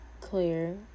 clear